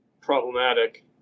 problematic